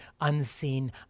unseen